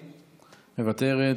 מוותרת,